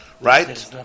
Right